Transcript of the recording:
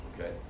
Okay